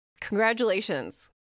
congratulations